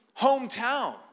hometown